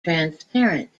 transparent